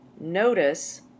notice